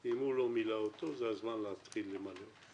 אם הוא לא מילא אותו, זה הזמן להתחיל למלא.